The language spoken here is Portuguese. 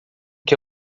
que